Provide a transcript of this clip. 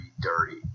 dirty